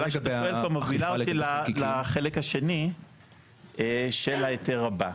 של הפרופסור מובילה אותי לחלק השני של ההיתר הבא.